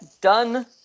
done